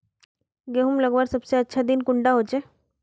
गहुम लगवार सबसे अच्छा दिन कुंडा होचे?